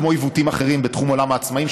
כמו עיוותים אחרים בתחום עולם העצמאים,